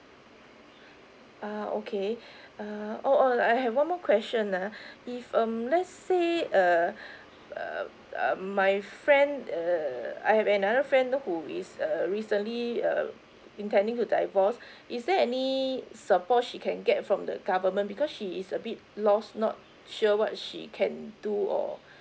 uh okay uh oh oh I have one more question ah if um let's say uh uh err my friend uh I have another friend who is uh recently uh intending to divorce is there any support she can get from the government because she is a bit lost not sure what she can do or